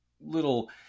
little